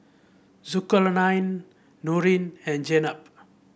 Zulkarnain Nurin and Jenab